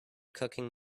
cooking